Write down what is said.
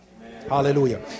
Hallelujah